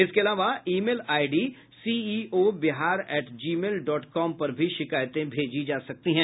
इसके अलावा email ID CEO Bihar at Gmail dot com पर भी शिकायतें भेजी जा सकती हैं